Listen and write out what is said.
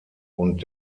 und